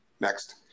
Next